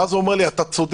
ואז הוא אומר לי: אתה צודק,